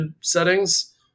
settings